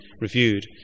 reviewed